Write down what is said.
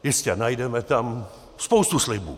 Jistě, najdeme tam spoustu slibů.